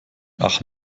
ach